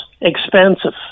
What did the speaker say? expensive